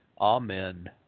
Amen